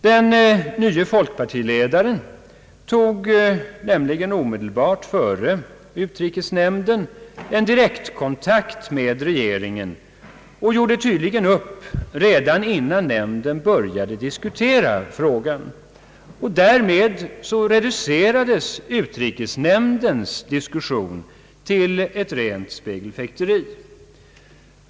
Den nye folkpartiledaren tog nämligen omedelbart före utrikesnämndens sammanträde en direktkontakt med regeringen och gjorde tydligen upp redan innan nämnden började diskutera frågan. Därmed reducerades utrikesnämndens diskussion till ett rent spegelfäkteri.